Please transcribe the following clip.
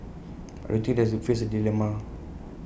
but I do think they face A dilemma